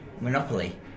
Monopoly